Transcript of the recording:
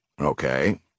Okay